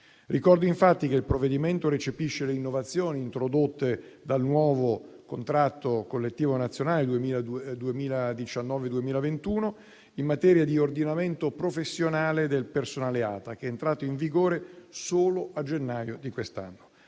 Ricordo infatti che il provvedimento recepisce le innovazioni introdotte dal nuovo contratto collettivo nazionale 2019-2021 in materia di ordinamento professionale del personale ATA, che è entrato in vigore solo a gennaio di quest'anno.